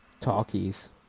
talkies